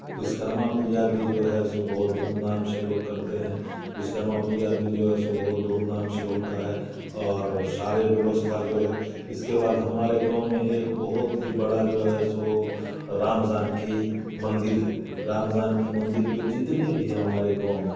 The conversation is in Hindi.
विश्वकर्मा पूजा भी जो है सो बहुत धूमधाम से लोग करते हैं विश्वकर्मा पूजा भी जो सो बहुत धूमधाम से होता है और सारे व्यवस्था जो है इसके बाद हमारे गांव में एक बहुत ही बड़ा जो है सो राम जानकी मंदिर है राम जानकी मंदिर पे जितने भी हमारे गांव में